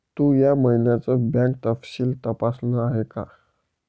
तू या महिन्याचं बँक तपशील तपासल आहे का?